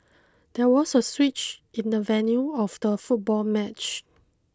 there was a switch in the venue of the football match